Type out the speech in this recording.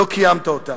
לא קיימת אותה.